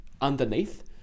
underneath